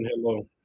hello